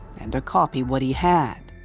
and to copy what he had.